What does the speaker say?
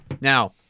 Now